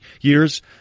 years